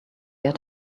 had